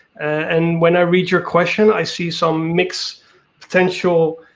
and when i read your question i see some mixed potential.